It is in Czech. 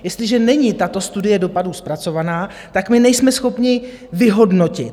Jestliže není tato studie dopadů zpracovaná, tak my nejsme schopni vyhodnotit.